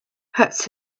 hurts